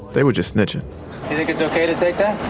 they were just snitching you think it's okay to take that?